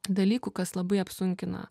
dalykų kas labai apsunkina